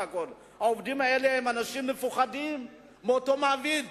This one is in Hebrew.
העובדים האלה הם אנשים מפוחדים מאותו מעביד